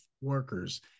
workers